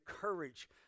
courage